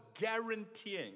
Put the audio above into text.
guaranteeing